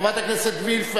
חברת הכנסת וילף,